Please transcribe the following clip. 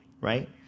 right